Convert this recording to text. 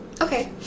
Okay